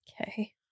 okay